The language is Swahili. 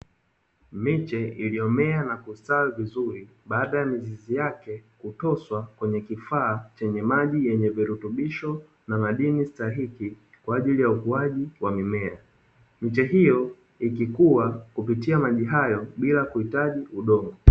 Miche iliyomea na kustawi vizuri, baada ya mizizi yake kutoswa kwenye kifaa chenye maji yenye virutubisho na madini stahiki, kwa ajili ya ukuaji wa mimea. Miche hiyo ikikua kupitia maji hayo bila kuhitaji udongo.